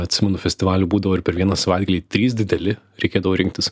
atsimenu festivalių būdavo ir per vieną savaitgalį trys dideli reikėdavo rinktis